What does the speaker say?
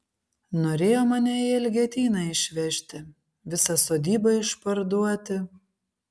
norėjo mane į elgetyną išvežti visą sodybą išparduoti